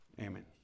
Amen